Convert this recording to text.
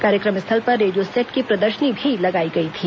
कार्यक्रम स्थल पर रेडियो सेट की प्रदर्शनी भी लगाई गई थी